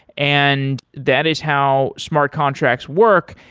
and that is how smart contracts work,